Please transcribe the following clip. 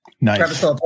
nice